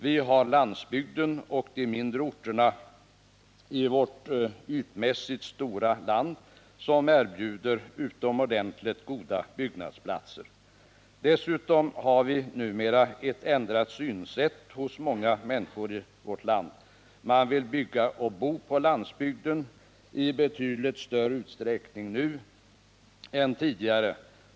Vi har landsbygden och de mindre orterna, som i vårt ytmässigt stora land erbjuder utomordentligt goda byggnadsplatser. Dessutom har vi numera ett ändrat synsätt hos många människor i vårt land. Man vill bygga och bo på landsbygden i betydligt större utsträckning nu än tidigare.